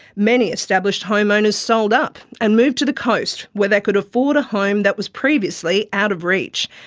many established home owners sold up and moved to the coast where they could afford a home that was previously out of reach.